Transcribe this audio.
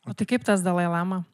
o tai kaip tas dalai lama